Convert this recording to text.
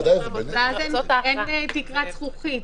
אין תקרת זכוכית.